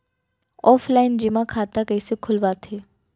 Offline जेमा खाता कइसे खोलवाथे?